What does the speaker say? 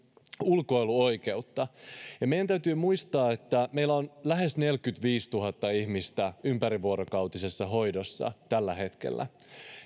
ulkoiluoikeutta meidän täytyy muistaa että meillä on lähes neljäkymmentäviisituhatta ihmistä ympärivuorokautisessa hoidossa tällä hetkellä